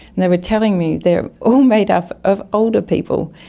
and they were telling me they are all made up of older people,